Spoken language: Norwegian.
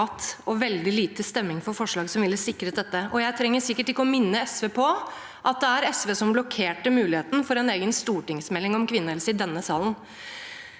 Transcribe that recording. og veldig lite stemming for forslag som ville sikret dette. Jeg trenger sikkert ikke å minne SV på at det er SV som blokkerte muligheten for en egen stortingsmelding om kvinnehelse i denne salen.